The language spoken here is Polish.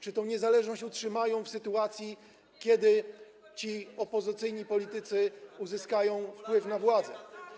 Czy tę niezależność utrzymają w sytuacji, w której ci opozycji politycy uzyskają wpływ na władzę?